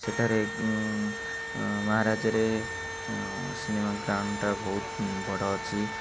ସେଠାରେ ମହାରାଜାରେ cinema ground ଟା ବହୁତ ବଡ଼ ଅଛି